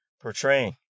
portraying